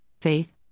faith